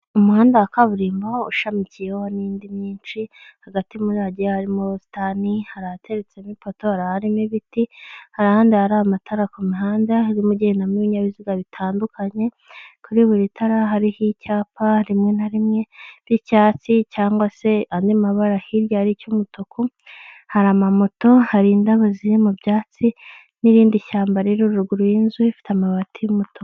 Umuhanda wa kaburimbo ushamikiyeho n'indi nyinshi hagati muri radi harimo ubusitani hara ahateretsemo ipotora harimo ibiti hahandadi hari amatara ku mihanda irimo igendamo ibinyabiziga bitandukanye kuri buri tarara hariho icyapa rimwe na rimwe ry'icyatsi cg se andi mabara hirya ari ay'umutuku hari amamoto hari indabo ziri mu byatsi n'irindi shyamba rri ruguru y'inzu ifite amabati y'umutuku.